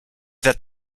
that